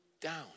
down